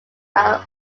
are